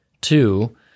Two